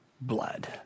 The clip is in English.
blood